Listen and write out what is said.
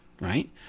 right